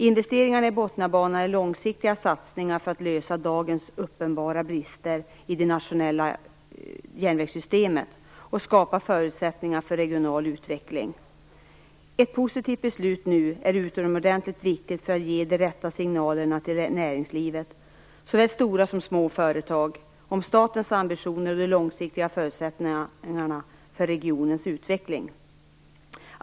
Investeringarna i Botniabanan är långsiktiga satsningar på att lösa dagens uppenbara brister i det nationella järnvägssystemet och skapar förutsättningar för regional utveckling. Ett positivt beslut nu är utomordentligt viktigt för att ge de rätta signalerna till näringslivet, såväl till stora som till små företag, om statens ambitioner och om de långsiktiga förutsättningarna för regionens utveckling.